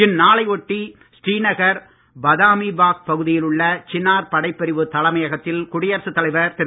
இந்நாளை ஒட்டி ஸ்ரீநகர் பாதாமிபாக் பகுதியில் உள்ள சினார் படைப் பிரிவுத் தலைமையகத்தில் குடியரசுத் தலைவர் திரு